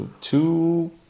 two